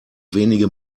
wenige